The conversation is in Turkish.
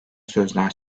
sözler